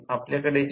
5अँपिअर मिळेल